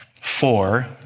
four